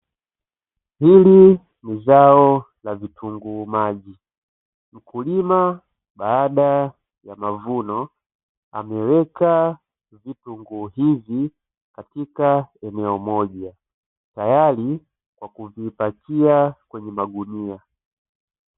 Hili ni zao la vitunguu maji, mkulima baada ya mavuno ameweka vitunguu hivi katika eneo moja, tayari kwa kuvipakia kwenye magunia.